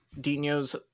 dino's